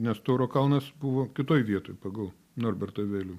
nes tauro kaunas buvo kitoj vietoj pagal norbertą vėlių